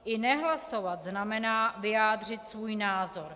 I nehlasovat znamená vyjádřit svůj názor.